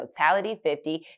totality50